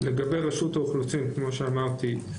לגבי רשות האוכלוסין כמו שאמרתי,